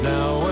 Now